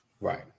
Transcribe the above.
Right